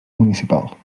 municipal